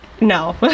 No